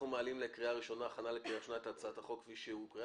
אנחנו מעלים להצבעה בקריאה ראשונה את הצעת החוק כפי שהוקראה.